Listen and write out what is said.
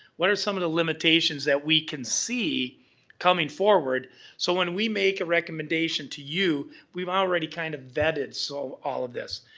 what are some of the limitations that we can see coming forward so when we make a recommendation to you, we've already kind of vetted so all of this.